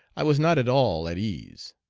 i was not at all at ease.